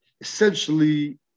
essentially